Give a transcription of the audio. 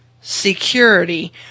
security